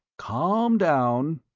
calm down,